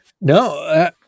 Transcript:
No